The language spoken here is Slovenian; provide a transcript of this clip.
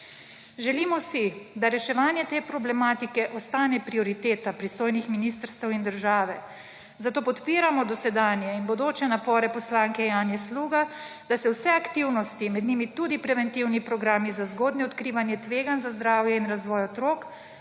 Želimo si, da reševanje te problematike ostane prioriteta pristojnih ministrstev in države. Zato podpiramo dosedanje in bodoče napore poslanke Janje Sluga, da se vse aktivnosti, med njimi tudi preventivni programi za zgodnje odkrivanje tveganj za zdravje in razvoj otrok,